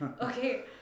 okay